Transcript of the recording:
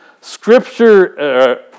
Scripture